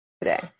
today